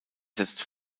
setzt